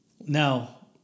Now